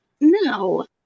No